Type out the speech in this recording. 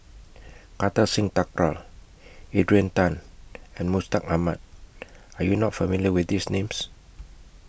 Kartar Singh Thakral Adrian Tan and Mustaq Ahmad Are YOU not familiar with These Names